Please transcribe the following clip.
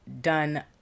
done